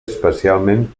especialment